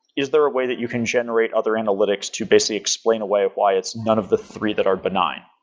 is there a way that you can generate other analytics to basically explain a way of why it's none of the three that are benign?